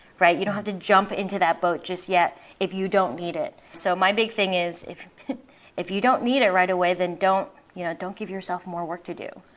you don't have to jump into that boat just yet if you don't need it. so my big thing is if if you don't need it right away then don't you know don't give yourself more work to do.